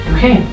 Okay